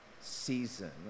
season